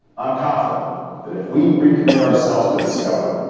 i am confident that if we recommit ourselves to discovery,